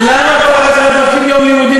להפסיד,